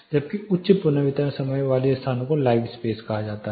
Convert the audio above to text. जबकि उच्च पुनर्वितरण समय वाले स्थानों को लाइव स्पेस कहा जाता है